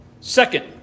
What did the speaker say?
Second